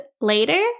later